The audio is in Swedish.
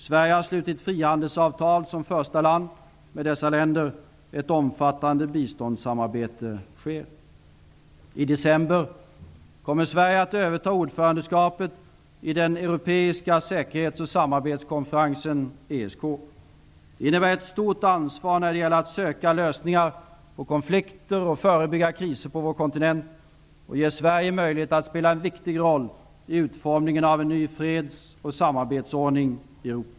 Sverige har som första land slutit frihandelsavtal med de baltiska staterna. Ett omfattande biståndssamarbete sker. I december i år kommer Sverige att överta ordförandeskapet i den Europeiska säkerhets och samarbetskonferensen . Det innebär ett stort ansvar när det gäller att söka lösningar på konflikter och förebygga kriser på vår kontinent och ger Sverige möjlighet att spela en viktig roll i utformningen av en ny freds och samarbetsordning i Europa.